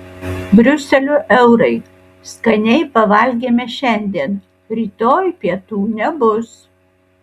briuselio eurai skaniai pavalgėme šiandien rytoj pietų nebus